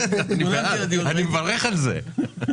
אי-אפשר לשפוט בהתאם לנתונים היום את ההחלטה